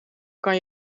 kan